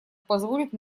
позволит